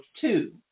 two